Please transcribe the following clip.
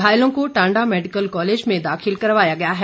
घायलों को Tanda medical college में दाखिल करवाया गया है